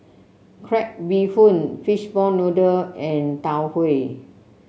Crab Bee Hoon Fishball Noodle and Tau Huay